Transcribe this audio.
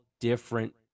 different